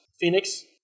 Phoenix